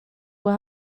will